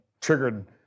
triggered